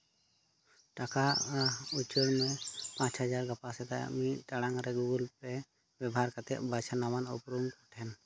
ᱴᱟᱠᱟ ᱩᱪᱟᱹᱲ ᱢᱮ ᱯᱟᱸᱪ ᱦᱟᱡᱟᱨ ᱜᱟᱯᱟ ᱥᱮᱛᱟᱜ ᱢᱤᱫ ᱴᱟᱲᱟᱝ ᱨᱮ ᱜᱩᱜᱩᱞ ᱯᱮ ᱵᱮᱵᱷᱟᱨ ᱠᱟᱛᱮᱫ ᱵᱟᱪᱷᱱᱟᱣᱟᱱ ᱩᱯᱨᱩᱢ ᱠᱚ ᱴᱷᱮᱱ